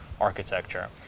architecture